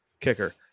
kicker